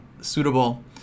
suitable